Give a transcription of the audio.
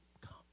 come